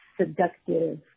seductive